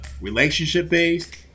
relationship-based